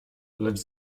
lecz